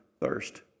thirst